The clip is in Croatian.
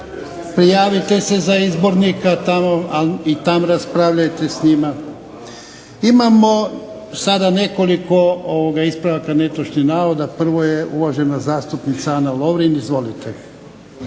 Prijavite se za izbornika tamo i tam raspravljajte s njima. Imamo sada nekoliko ispravaka netočnih navoda. Prvo je uvažena zastupnica Ana Lovrin. Izvolite.